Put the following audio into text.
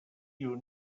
you